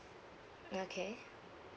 okay